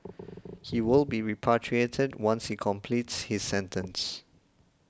he will be repatriated once he completes his sentence